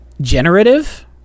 generative